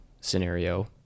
scenario